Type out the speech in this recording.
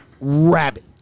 rabbit